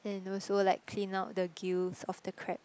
and also like clean out the gills of the crab